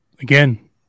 again